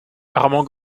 armand